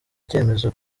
cyemezo